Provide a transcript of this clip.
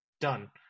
Done